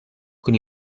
con